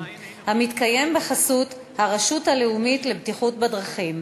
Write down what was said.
המתקיים בחסות הרשות הלאומית לבטיחות בדרכים,